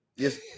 Yes